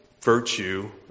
virtue